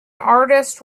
artist